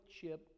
chip